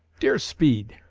dear speed